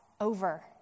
over